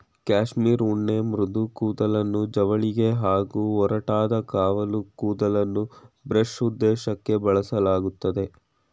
cashmere ಉಣ್ಣೆ ಮೃದು ಕೂದಲನ್ನು ಜವಳಿಗೆ ಹಾಗೂ ಒರಟಾದ ಕಾವಲು ಕೂದಲನ್ನು ಬ್ರಷ್ ಉದ್ದೇಶಕ್ಕೇ ಬಳಸಲಾಗ್ತದೆ